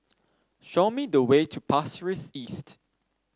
show me the way to Pasir Ris East